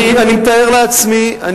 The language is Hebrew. אני מתאר לעצמי.